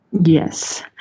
Yes